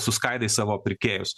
suskaidai savo pirkėjus